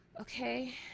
okay